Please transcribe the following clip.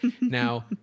Now